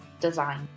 design